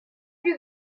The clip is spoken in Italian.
più